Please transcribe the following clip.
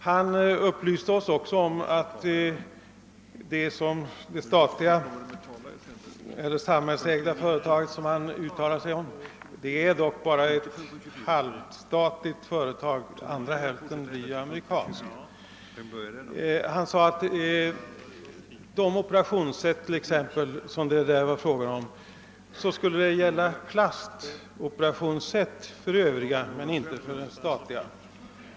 Han talade om »det samhällsägda företaget» — det är dock bara ett halvstatligt företag — den andra hälften kommer att ägas av ett amerikanskt företag. rande företagen skulle komma att tillverka plastoperationsset men inte det statliga.